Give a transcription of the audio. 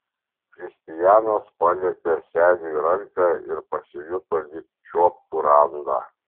kristijanas palietė seniui ranką ir pasijuto lyg čiuoptų randą